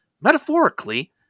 Metaphorically